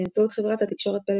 באמצעות חברת התקשורת פלאפון.